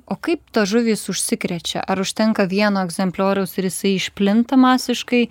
o kaip tos žuvys užsikrečia ar užtenka vieno egzemplioriaus ir jisai išplinta masiškai